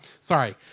sorry